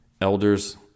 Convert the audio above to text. elders